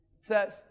says